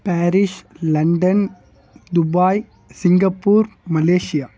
parish London Dubai Singapore Malaysia